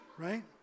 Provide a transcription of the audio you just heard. right